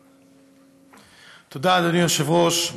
תודה, אדוני היושב-ראש.